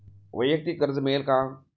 वैयक्तिक कर्ज मिळेल का?